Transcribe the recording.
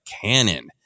Canon